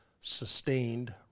sustained